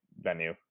venue